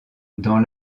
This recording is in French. dans